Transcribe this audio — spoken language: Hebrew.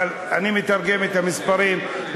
אבל אני מתרגם את המספרים,